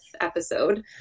episode